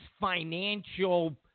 financial